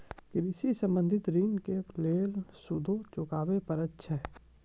कृषि संबंधी ॠण के लेल सूदो चुकावे पड़त छै?